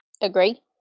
Agree